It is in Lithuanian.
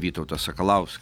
vytautas sakalauskas